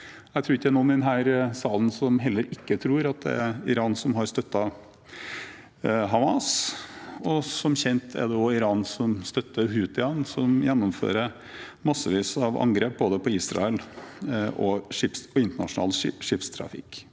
det er noen i denne salen som ikke tror at det er Iran som har støttet Hamas, og som kjent er det også Iran som støtter houthiene, som gjennomfører massevis av angrep mot både Israel og internasjonal skipstrafikk.